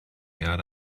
erde